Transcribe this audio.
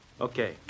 Okay